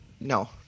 no